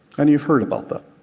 and you've heard about that,